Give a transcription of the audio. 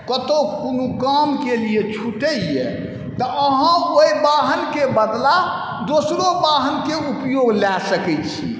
कतहु कोनो कामकेलिए छुटैए तऽ अहाँ ओहि वाहनके बदला दोसरो वाहनके उपयोग लऽ सकै छी